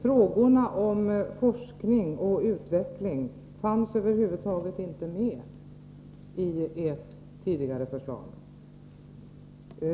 Frågorna om forskning och utveckling fanns över huvud taget inte medi ert tidigare förslag.